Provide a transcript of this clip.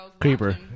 Creeper